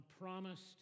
promised